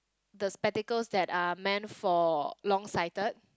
the spectacles that are meant for long sighted